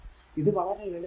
ഇത് വളരെ ലളിതമാണ്